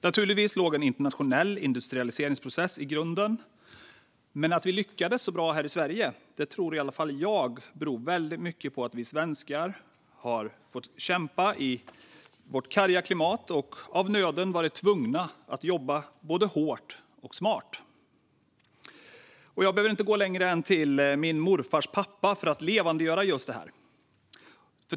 Naturligtvis låg en internationell industrialiseringsprocess i grunden, men att vi lyckades så bra här i Sverige beror, tror jag, väldigt mycket på att vi svenskar har fått kämpa i vårt tuffa, karga klimat och av nöden varit tvungna att jobba både hårt och smart. Jag behöver inte gå längre än till min morfars pappa för att levandegöra just detta.